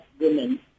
women